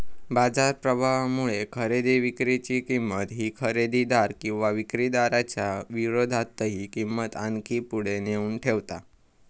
बाजार प्रभावामुळे खरेदी विक्री ची किंमत ही खरेदीदार किंवा विक्रीदाराच्या विरोधातही किंमत आणखी पुढे नेऊन ठेवता